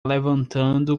levantando